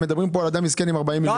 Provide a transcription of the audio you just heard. הם מדברים פה על אדם מסכן עם 40 מיליון ₪.